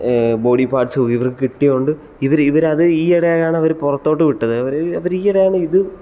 പാർട്സും ഇവർക്ക് കിട്ടിയതു കൊണ്ട് ഇവർ ഇവർ അത് ഈ ഇയിടെയാണവർ പുറത്തോട്ട് വിട്ടത് അവർ അവർ ഈ ഇടയാണ് ഇതു